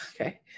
Okay